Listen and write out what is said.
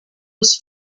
was